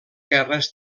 guerres